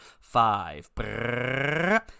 five